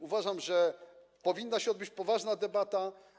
Uważam, że powinna się odbyć poważna debata.